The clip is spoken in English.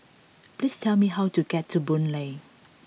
please tell me how to get to Boon Lay